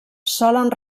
solen